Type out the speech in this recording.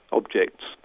objects